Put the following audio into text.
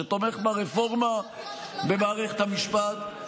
שתומך ברפורמה במערכת המשפט.